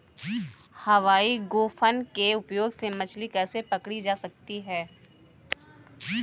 हवाई गोफन के उपयोग से मछली कैसे पकड़ी जा सकती है?